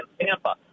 Tampa